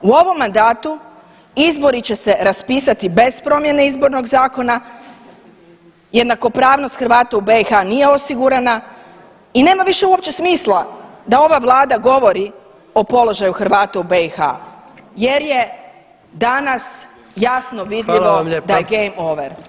U ovom mandatu izbori će se raspisati bez promjene Izbornog zakona, jednakopravnost Hrvata u BiH nije osigurana i nema više uopće smisla da ova vlada govori o položaju Hrvata u BiH jer je danas jasno vidljivo da je game over.